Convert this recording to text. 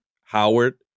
Howard